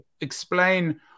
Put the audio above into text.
explain